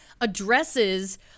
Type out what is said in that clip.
addresses